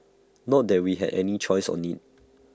not that we had any choice in IT